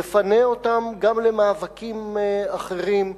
יפנה אותם גם למאבקים אחרים,